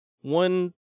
one